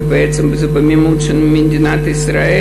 זה במימון של מדינת ישראל,